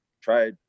try